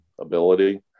ability